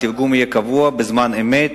התרגום יהיה קבוע ובזמן אמת.